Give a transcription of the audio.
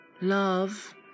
love